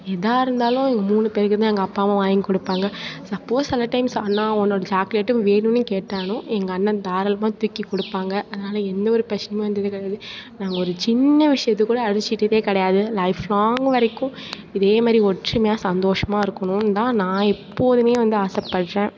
எதாகருந்தாலும் மூணு பேருக்கும் தான் எங்கள் அப்பாவும் வாங்கி கொடுப்பாங்க சப்போஸ் சில டைம்ஸ் அண்ணா உன்னோட சாக்லேட்டும் வேணும்னு கேட்டாலும் எங்கண்ணன் தாராளமாக தூக்கி கொடுப்பாங்க அதனால எந்த ஒரு பிரச்சனை வந்தது கிடையாது நாங்கள் ஒரு சின்ன விஷயத்துக்கு கூட அடித்துக்கிட்டதே கிடையாது லைஃப்லாங் வரைக்கும் இதேமாரி ஒற்றுமையாக சந்தோசமாக இருக்கணும் தான் நான் எப்போதுமே வந்து ஆசப்படறேன்